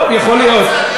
אם אתה רוצה, אני אראה